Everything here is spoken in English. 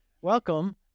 Welcome